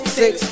six